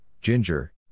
ginger